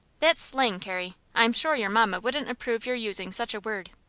that's slang, carrie. i am sure your mamma wouldn't approve your using such a word.